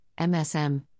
MSM